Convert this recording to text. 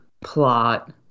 plot